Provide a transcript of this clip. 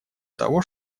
того